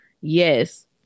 Yes